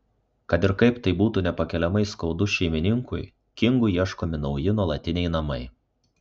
kad ir kaip tai būtų nepakeliamai skaudu šeimininkui kingui ieškomi nauji nuolatiniai namai